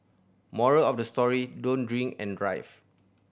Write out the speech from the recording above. moral of the story don't drink and drive